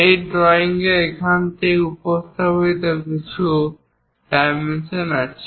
এই ড্রয়িংএ এখানে থেকে এখানে উপস্থাপিত কিছু ডাইমেনশন আছে